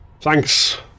Thanks